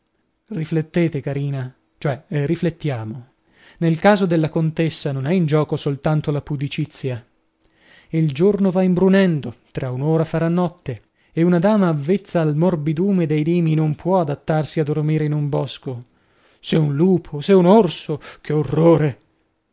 riflettete carina cioè riflettiamo nel caso della contessa non è in gioco soltanto la pudicizia il giorno va imbrunendo tra un'ora farà notte e una dama avvezza al morbidume dei lini non può adattarsi a dormire in un bosco se un lupo se un orso che orrore